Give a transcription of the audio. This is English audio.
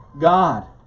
God